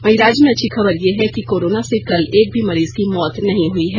वहीं राज्य में अच्छी खबर यह है कि कोरोना से कल एक भी मरीज की मौत नहीं हई है